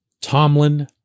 Tomlin